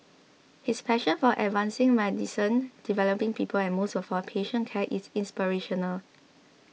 his passion for advancing medicine developing people and most of all patient care is inspirational